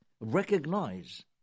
recognize